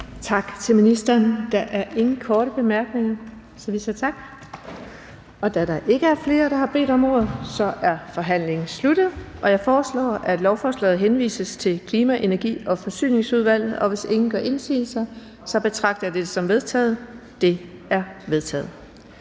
Tak til ministeren. Der er ingen korte bemærkninger, så vi siger tak. Da der ikke er flere, der har bedt om ordet, er forhandlingen sluttet. Jeg foreslår, at lovforslaget henvises til Klima-, Energi- og Forsyningsudvalget. Hvis ingen gør indsigelse, betragter jeg dette som vedtaget. Det er vedtaget.